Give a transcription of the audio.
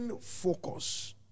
focus